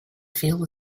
feel